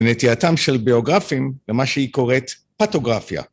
ונטייתם של ביוגרפים למה שהיא קוראת פטוגרפיה.